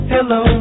Hello